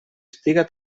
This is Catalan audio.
estiga